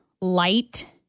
light